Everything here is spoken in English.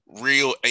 real